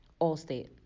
Allstate